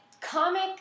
comic